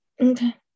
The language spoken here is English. Okay